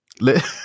let